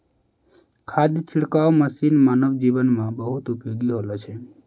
खाद छिड़काव मसीन मानव जीवन म बहुत उपयोगी होलो छै